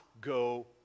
go